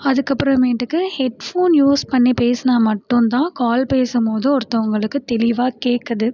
அதுக்கப்புறமேட்டுக்கு headphone use பண்ணி பேசுனால் மட்டும் தான் கால் பேசும்போது ஒருத்தவங்களுக்கு தெளிவாக கேட்குது